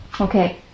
Okay